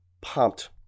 pumped